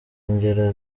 ingero